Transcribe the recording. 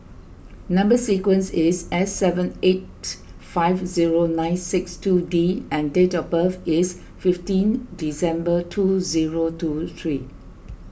Number Sequence is S seven eight five zero nine six two D and date of birth is fifteen December two zero two three